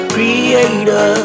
Creator